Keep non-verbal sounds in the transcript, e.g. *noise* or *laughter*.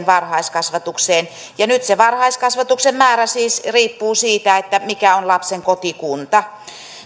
*unintelligible* varhaiskasvatukseen ja nyt se varhaiskasvatuksen määrä siis riippuu siitä mikä on lapsen kotikunta